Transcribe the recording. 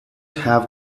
have